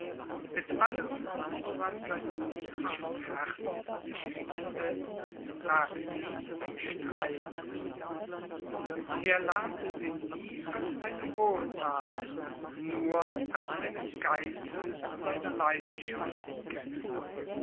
mit allem woran sein jugendliches herz sich hängte lag sie im streite er lernte sie nie als eine wohltat nur als eine geißel seiner leidenschaften kennen